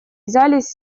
взялись